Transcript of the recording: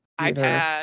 iPad